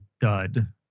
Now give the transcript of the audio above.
dud